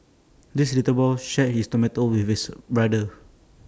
this little boy shared his tomato with his brother